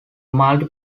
multi